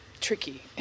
tricky